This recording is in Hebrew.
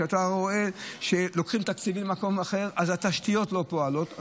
כשאתה רואה שלוקחים תקציבים ממקום אחר אז התשתיות לא פועלות,